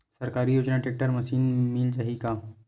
सरकारी योजना tractor machine मिल जाही का?